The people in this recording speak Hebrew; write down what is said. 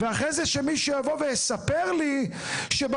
ואחרי זה שמישהו יבוא ויספר לי שבמכרז